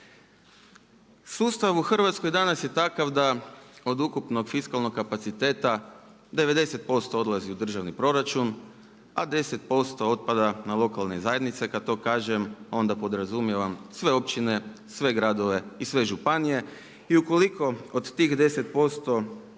Sustav u Hrvatskoj danas je takav da od ukupnog fiskalnog kapaciteta 90% odlazi u državni proračun, a 10% otpada na lokalne zajednice, kad to kažem onda podrazumijevam sve općine, sve gradove i sve županije. I ukoliko od tih 10%